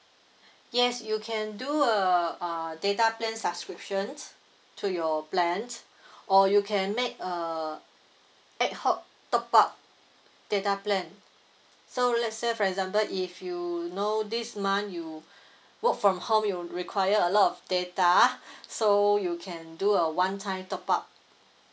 yes you can do a uh data plan subscriptions to your plan or you can make a ad hoc top up data plan so let's say for example if you know this month you work from home you require a lot of data so you can do a one time top up